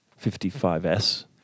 55s